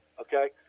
okay